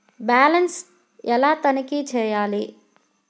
Balance ఎలా తనిఖీ చేయాలి?